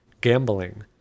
gambling